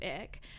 ick